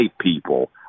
people